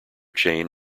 chain